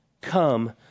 come